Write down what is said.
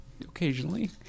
Occasionally